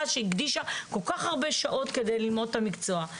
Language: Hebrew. שהקדישה כל כך הרבה שעות כדי ללמוד את המקצוע.